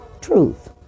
truth